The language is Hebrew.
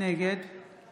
נגד